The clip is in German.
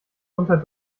unter